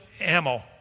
ammo